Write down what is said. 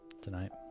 tonight